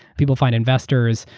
people find investors.